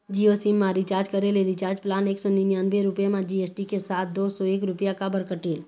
Jio sim मा recharge करे ले रिचार्ज प्लान एक सौ निन्यानबे रुपए मा जी.एस.टी के साथ दो सौ एक रुपया काबर कटेल?